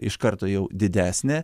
iš karto jau didesnė